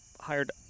hired